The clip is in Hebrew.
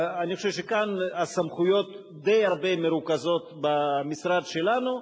אני חושב שכאן הסמכויות די מרוכזות במשרד שלנו,